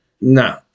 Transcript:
No